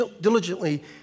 diligently